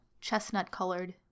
chestnut-colored